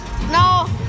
no